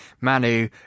Manu